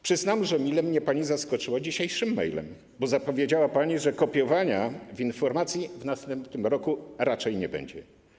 Przyznam, że mile mnie pani zaskoczyła dzisiejszym mailem, bo zapowiedziała pani, że kopiowania w informacji w następnym roku raczej nie będzie.